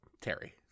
Terry